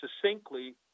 succinctly